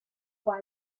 机关